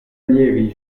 allievi